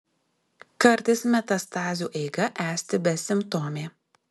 kartais metastazių eiga esti besimptomė